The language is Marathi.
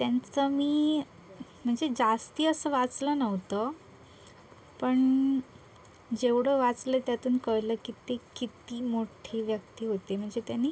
त्यांचं मी म्हणजे जास्त असं वाचलं नव्हतं पण जेवढं वाचलं त्यातून कळलं की ते किती मोठी व्यक्ती होते म्हणजे त्यांनी